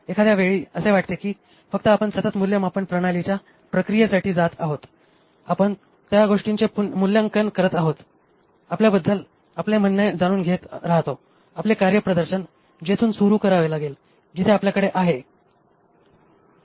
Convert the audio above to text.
एखाद्या वेळी असे वाटते की फक्त आपण सतत मूल्यमापन प्रणालीच्या प्रक्रियेसाठी जात आहोत आपण त्या गोष्टींचे मूल्यांकन करत आहोत आपल्याबद्दल आपले म्हणणे जाणून घेत राहतो आपले कार्यप्रदर्शन जेथून सुरु करावे लागेल जिथे आपल्याकडे आहे